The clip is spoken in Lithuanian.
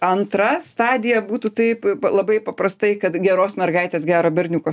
antra stadija būtų taip labai paprastai kad geros mergaitės gero berniuko